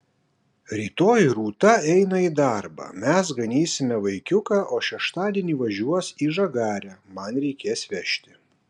rytoj rūta eina į darbą mes ganysime vaikiuką o šeštadienį važiuos į žagarę man reikės vežti